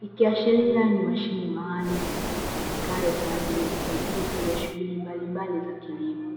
ikiashiria ni mashine maalumu itumikayo kwa ajili ya usaidizi wa shughuli mbalimbali za kilimo.